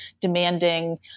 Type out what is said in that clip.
demanding